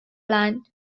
planned